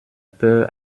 peur